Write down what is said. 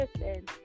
listen